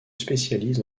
spécialise